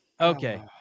Okay